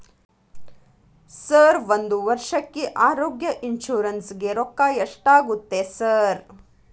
Sir ಒಂದು ವರ್ಷಕ್ಕೆ ಆರೋಗ್ಯ ಇನ್ಶೂರೆನ್ಸ್ ಗೇ ರೊಕ್ಕಾ ಎಷ್ಟಾಗುತ್ತೆ ಸರ್?